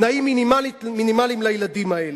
תנאים מינימליים לילדים האלה.